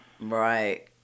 Right